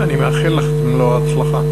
אני מאחל לך את מלוא ההצלחה.